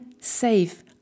safe